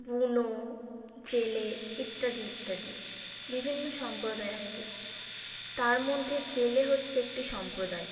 বুনো জেলে ইত্যাদি ইত্যাদি বিভিন্ন সম্প্রদায় আছে তার মধ্যে জেলে হচ্ছে একটি সম্প্রদায়